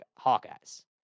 Hawkeyes